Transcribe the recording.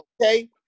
Okay